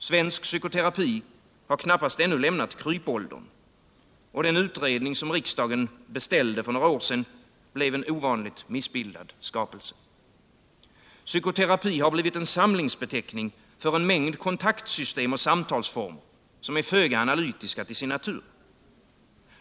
Svensk psykoterapi har knappast ännu lämnat krypåldern, och den utredning som riksdagen beställde för några år sedan blev en ovanligt missbildad skapelse. Psykoterapi har blivit en samlingsbeteckning för en mängd kontaktsystem och samtalsformer, som är föga analytiska till sin natur.